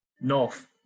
North